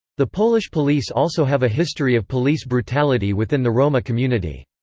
the polish police also have a history of police brutality within the roma community.